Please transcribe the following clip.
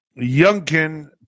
Youngkin